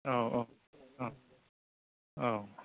औ औ औ औ